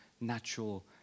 natural